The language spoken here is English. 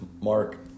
Mark